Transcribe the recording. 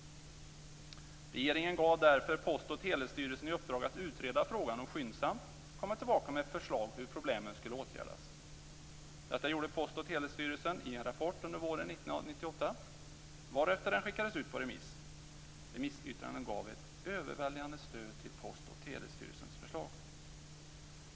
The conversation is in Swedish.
Regeringen gav därför Post och Telestyrelsen i uppdrag att utreda frågan och skyndsamt komma tillbaka med förslag på hur problemen skulle åtgärdas. Detta gjorde Post och Telestyrelsen i en rapport under våren 1998, varefter den skickades ut på remiss. Remissyttrandena gav ett överväldigande stöd för Post och Telestyrelsens förslag.